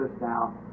now